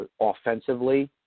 offensively